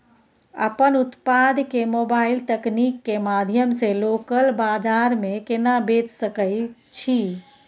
अपन उत्पाद के मोबाइल तकनीक के माध्यम से लोकल बाजार में केना बेच सकै छी?